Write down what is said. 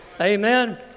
Amen